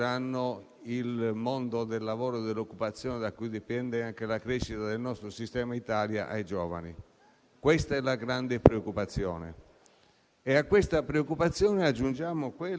A questa preoccupazione aggiungiamo quella a cui assistiamo o abbiamo assistito in questa legislatura e forse anche alla fine della legislatura precedente, ovvero